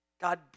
God